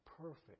perfect